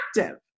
active